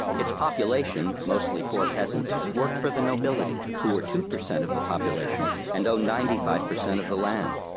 its population, mostly poor peasants, worked for the nobility, who were two percent of the population and owned ninety five percent of the land.